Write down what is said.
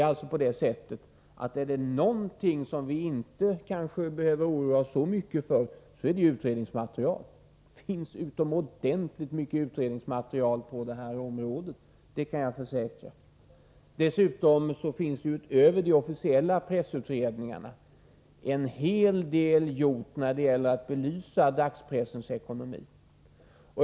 Är det någonting som vi inte behöver oroa oss så mycket för är det utredningsmaterialet. Jag kan försäkra att det finns gott om utredningsmaterial på detta område. Utöver de officiella pressutredningarna har en hel del gjorts för att belysa dagspressens ekonomi.